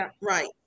Right